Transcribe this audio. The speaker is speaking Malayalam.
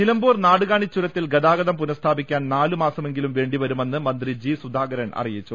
നിലമ്പൂർ നാടുകാണിചുരത്തിൽ ഗതാഗതം പുനസ്ഥാപിക്കാൻ നാലുമാസമെങ്കിലും വേണ്ടിവരുമെന്ന് മന്ത്രി ജി സുധാകരൻ അറി യിച്ചു